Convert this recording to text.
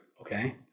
Okay